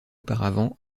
auparavant